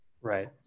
Right